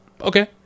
okay